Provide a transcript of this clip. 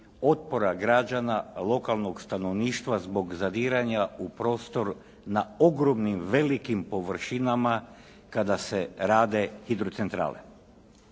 otpora građana lokanog stanovništva zbog zadiranja u prostor na ogromnim velikim površinama kada se rade hidrocentrale.